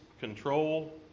Control